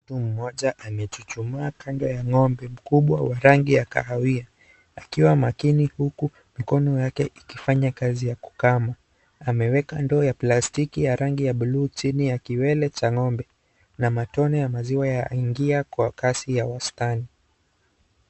Mtu mmoja amechuchumaa kando ya ng'ombe mkubwa wa rangi ya kahawia akiwa makini huku mikono yake ikifanya kazi ya kukama. Ameweka ndoo ya plaskiti ya rangi ya buluu chini ya kiwele cha ng'ombe. Matone ya maziwa yaingia kwa kasi ya wastani.